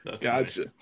Gotcha